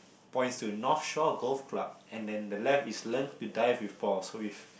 points to North Shore Golf Club and the left is learn to dive with balls